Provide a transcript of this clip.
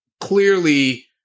Clearly